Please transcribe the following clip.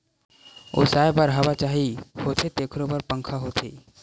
ओसाए बर हवा चाही होथे तेखरो बर पंखा होथे